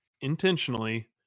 intentionally